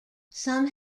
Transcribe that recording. some